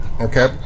Okay